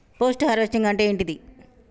Post harvesting అంటే ఏంటిది?